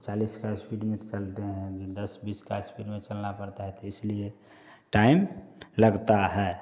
चालीस का इस्पीड में तो चलते हैं दस बीस का इस्पीड में चलना पड़ता है तो इसलिए टाइम लगता है